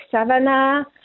Savannah